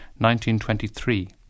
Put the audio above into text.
1923